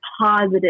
positive